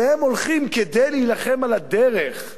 והם הולכים כדי להילחם על הדרך,